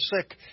sick